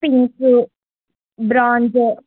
pink bronze